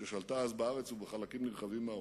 ששלטה אז בארץ ובחלקים נרחבים מהעולם,